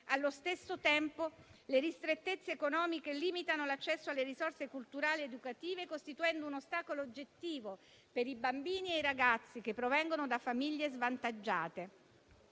Allo stesso tempo, le ristrettezze economiche limitano l'accesso alle risorse culturali educative, costituendo un ostacolo oggettivo per i bambini e i ragazzi che provengono da famiglie svantaggiate.